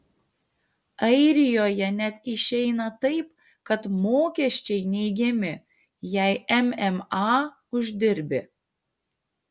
airijoje net išeina taip kad mokesčiai neigiami jei mma uždirbi